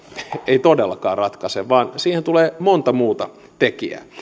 ei todellakaan ratkaise vaan siihen tulee monta muuta tekijää